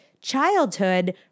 childhood